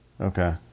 Okay